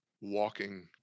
walking